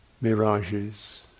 mirages